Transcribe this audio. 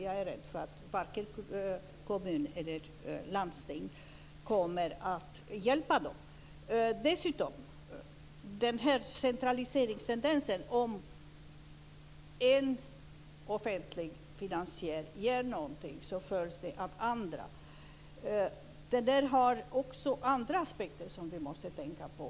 Jag är rädd för att varken kommun eller landsting kommer att hjälpa dem. Dessutom har denna centraliseringstendens, dvs. om en offentlig finansiär ger någonting följs den av andra, har också andra aspekter som vi måste tänka på.